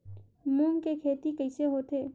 मूंग के खेती कइसे होथे?